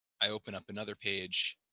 i open up another page